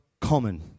common